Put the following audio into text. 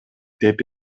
деп